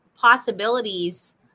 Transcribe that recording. possibilities